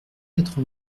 quatre